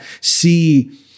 see